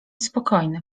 spokojny